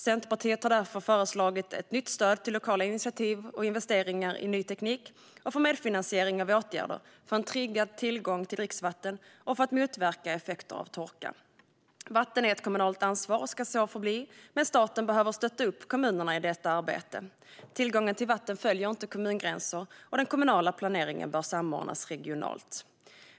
Centerpartiet har därför föreslagit ett nytt stöd till lokala initiativ och investeringar i ny teknik samt för medfinansiering av åtgärder för en tryggad tillgång till dricksvatten och för att motverka effekter av torka. Vatten är ett kommunalt ansvar och ska så förbli, men staten behöver stötta kommunerna i deras arbete. Tillgången till vatten följer inte kommungränser, och den kommunala planeringen bör samordnas regionalt.